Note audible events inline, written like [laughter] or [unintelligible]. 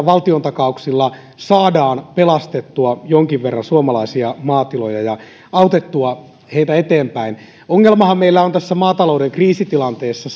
[unintelligible] valtiontakauksilla saadaan pelastettua jonkin verran suomalaisia maatiloja ja autettua niitä eteenpäin ongelmahan meillä on tässä maatalouden kriisitilanteessa [unintelligible]